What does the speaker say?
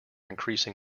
increasing